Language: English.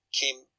came